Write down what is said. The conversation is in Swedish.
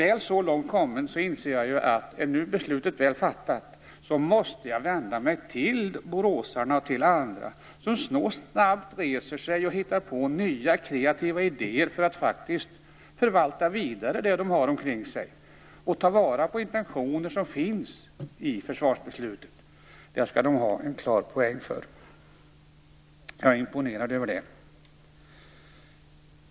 Är nu beslutet ändå fattat inser jag att jag måste vända mig till boråsarna och till andra, som snabbt reser sig och hittar nya, kreativa idéer för att fortsätta att förvalta det de har omkring sig och ta vara på intentioner som finns i försvarsbeslutet. Det skall de ha en klar poäng för. Jag är imponerad över det.